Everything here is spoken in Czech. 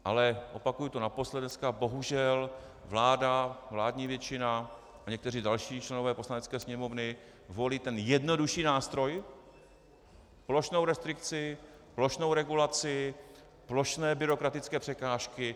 Ale opakuji to naposled dneska, bohužel vláda, vládní většina a někteří další členové Poslanecké sněmovny volí ten jednodušší nástroj, plošnou restrikci, plošnou regulaci, plošné byrokratické překážky.